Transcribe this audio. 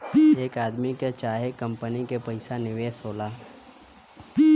एक आदमी के चाहे कंपनी के पइसा निवेश होला